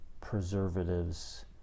preservatives